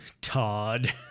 Todd